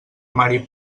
mari